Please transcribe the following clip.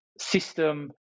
system